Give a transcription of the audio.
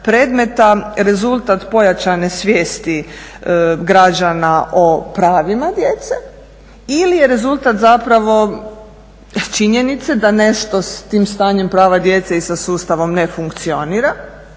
predmeta rezultat pojačane svijesti građana o pravima djece ili je rezultat zapravo činjenice da nešto s tim stanjem prava djece i sa sustavom ne funkcionira.